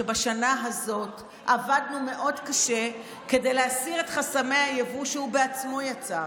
כשבשנה הזאת עבדנו מאוד קשה כדי להסיר את חסמי היבוא שהוא בעצמו יצר,